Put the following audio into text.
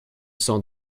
sans